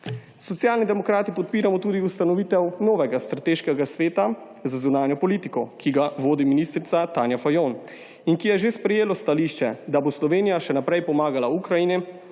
Socialni demokrati podpiramo tudi ustanovitev novega Strateškega sveta za zunanjo politiko, ki ga vodi ministrica Tanja Fajon in ki je že sprejelo stališče, da bo Slovenija še naprej pomagala Ukrajini